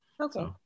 Okay